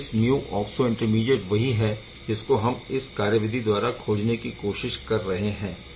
यह bis mu oxo intermediate वही है जिसको हम इस कार्यविधि द्वारा खोजने की कोशिश कर रहे है